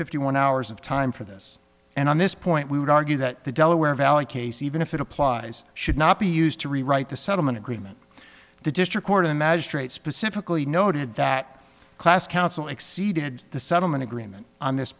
fifty one hours of time for this and on this point we would argue that the delaware valley case even if it applies should not be used to rewrite the settlement agreement the district court of magistrate specifically noted that class counsel exceeded the settlement agreement on this